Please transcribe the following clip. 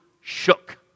shook